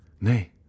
Nay